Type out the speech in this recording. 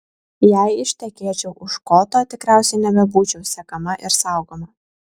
jei ištekėčiau už škoto tikriausiai nebebūčiau sekama ir saugoma